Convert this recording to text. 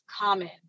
common